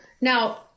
Now